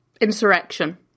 Insurrection